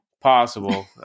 possible